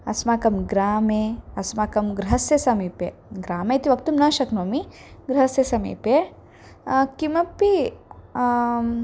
अस्माकं ग्रामे अस्माकं गृहस्य समीपे ग्रामे इति वक्तुं न शक्नोमि गृहस्य समीपे किमपि